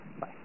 Bye